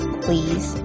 please